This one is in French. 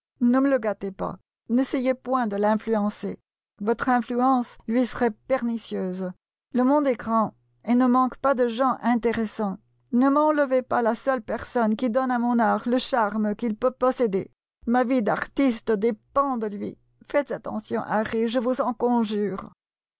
ne me le gâtez pas n'essayez point de l'influencer votre influence lui serait pernicieuse le monde est grand et ne manque pas de gens intéressants ne m'enlevez pas la seule personne qui donne à mon art le charme qu'il peut posséder ma vie d'artiste dépend de lui faites attention harry je vous en conjure